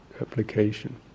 application